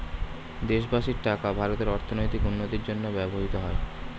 দেশবাসীর টাকা ভারতের অর্থনৈতিক উন্নতির জন্য ব্যবহৃত হয়